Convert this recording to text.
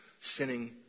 sinning